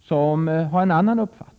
som har en annan uppfattning.